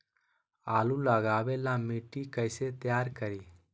आलु लगावे ला मिट्टी कैसे तैयार करी?